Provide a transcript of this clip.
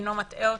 אינו מטעה אותי,